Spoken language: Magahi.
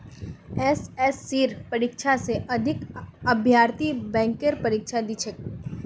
एसएससीर परीक्षा स अधिक अभ्यर्थी बैंकेर परीक्षा दी छेक